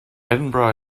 edinburgh